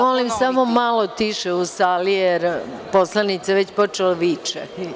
Molim samo malo tiše u sali jer poslanica je već počela da viče.